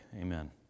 Amen